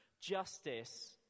Justice